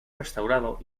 restaurado